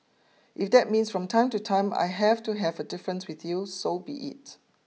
if that means from time to time I have to have a different with you so be it